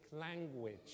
language